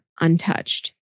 untouched